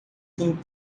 tem